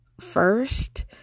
First